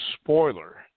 spoiler